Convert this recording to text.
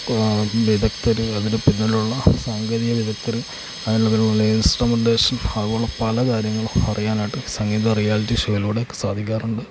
വിദഗ്ധര് അതിന് പിന്നിലുള്ള സാങ്കേതിക വിദഗ്ധര് അതിന് പിറകിലുള്ള ഇൻസ്ട്രുമെൻ്റേഷൻ അതുപോലുള്ള പല കാര്യങ്ങളും അറിയാനായിട്ട് സംഗീത റിയാലിറ്റി ഷോയിലൂടെ സാധിക്കാറുണ്ട്